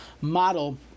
model